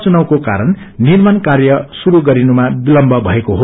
चुनावको कारण निर्माण कार्य श्रुरू गरिनुमा विलम्ब भएको हो